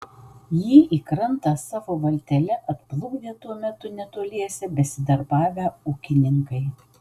jį į krantą savo valtele atplukdė tuo metu netoliese besidarbavę ūkininkai